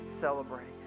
celebrating